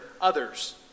others